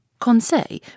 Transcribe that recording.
Conseil